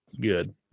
good